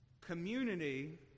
community